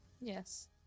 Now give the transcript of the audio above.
Yes